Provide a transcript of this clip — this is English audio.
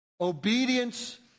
Obedience